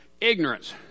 ignorance